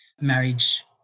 marriage